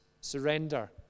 Surrender